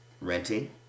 renting